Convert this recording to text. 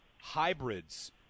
hybrids